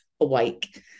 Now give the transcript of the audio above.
awake